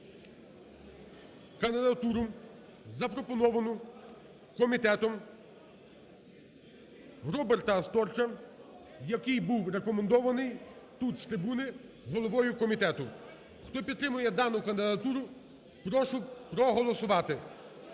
кандидатуру запропоновану комітетом Роберта Сторча, який був рекомендований тут з трибуни головою комітету. Хто підтримує дану кандидатуру, прошу проголосувати.